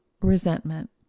resentment